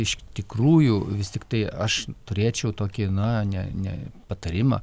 iš tikrųjų vis tiktai aš turėčiau tokį na ne ne patarimą